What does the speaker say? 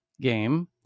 game